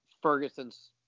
ferguson's